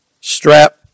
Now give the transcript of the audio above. strap